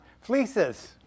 Fleeces